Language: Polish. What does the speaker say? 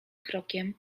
krokiem